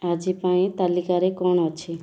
ଆଜି ପାଇଁ ତାଲିକାରେ କ'ଣ ଅଛି